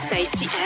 Safety